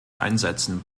einsetzen